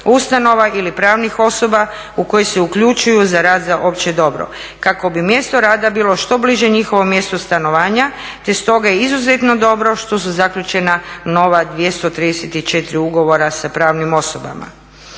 ustanova ili pravnih osoba u koji se uključuju za rad za opće dobro kako bi mjesto rada bilo što bliže njihovom mjestu stanovanja te stoga je izuzetno dobro što su zaključena nova 234 ugovora sa pravnim osobama.